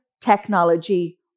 technology